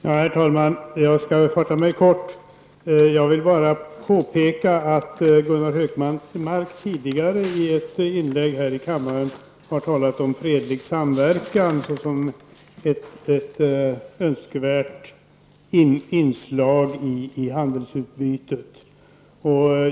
Herr talman! Jag skall fatta mig kort. Jag vill bara påpeka att Gunnar Hökmark tidigare i ett inlägg här i kammaren har talat om fredlig samverkan såsom ett önskvärt inslag i handelsutbytet.